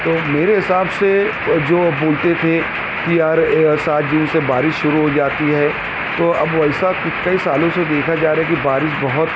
تو میرے حساب سے جو بولتے تھے کہ یار سات جون سے بارش شروع ہو جاتی ہے تو اب ویسا کئی سالوں سے دیکھا جا رہا ہے کہ بارش بہت